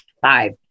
Five